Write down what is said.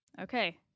Okay